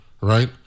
right